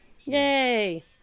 Yay